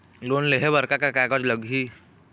Loan लेहे बर का का कागज लगही?